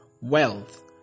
wealth